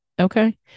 Okay